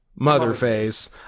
Motherface